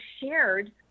shared